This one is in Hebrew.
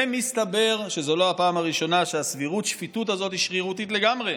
ומסתבר שזו לא הפעם הראשונה שהסבירות-שפיטות הזאת היא שרירותית לגמרי,